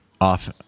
off